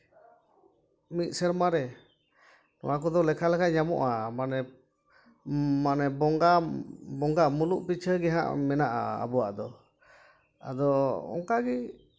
ᱢᱤᱫ ᱥᱮᱨᱢᱟ ᱨᱮ ᱱᱚᱣᱟ ᱠᱚᱫᱚ ᱞᱮᱠᱷᱟ ᱞᱮᱠᱷᱟᱱ ᱧᱟᱢᱚᱜᱼᱟ ᱢᱟᱱᱮ ᱢᱟᱱᱮ ᱵᱚᱸᱜᱟ ᱵᱚᱸᱜᱟ ᱢᱩᱞᱩᱜ ᱯᱤᱪᱷᱟᱹ ᱜᱮ ᱦᱟᱸᱜ ᱢᱮᱱᱟᱜᱼᱟ ᱟᱵᱚᱣᱟᱜ ᱫᱚ ᱟᱫᱚ ᱚᱱᱠᱟ ᱜᱮ